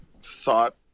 thought